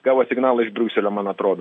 gavo signalą iš briuselio man atrodo